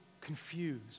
confused